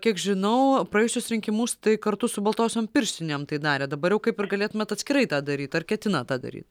kiek žinau praėjusius rinkimus tai kartu su baltosiom pirštinėm tai darė dabar jau kaip ir galėtumėt atskirai tą daryt ar ketinat tą daryt